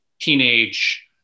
teenage